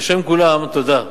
בשום כולם, תודה.